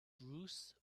bruce